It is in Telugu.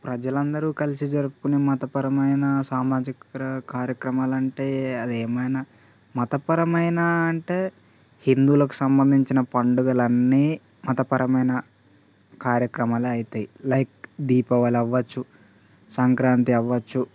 ప్రజలందరూ కలిసి జరుపుకునే మతపరమైన సామాజిక కార్యక్రమాలు అంటే అది ఏమైనా మతపరమైన అంటే హిందువులకు సంబంధించిన పండుగలు అన్నీ మతపరమైన కార్యక్రమాలు అవుతాయి లైక్ దీపావళి అవ్వచ్చు సంక్రాంతి అవచ్చు